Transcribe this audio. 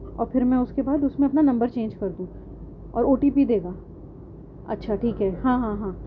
اور پھر میں اس کے بعد اس میں اپنا نمبر چینج کر دوں اور او ٹی پی دے گا اچھا ٹھیک ہے ہاں ہاں ہاں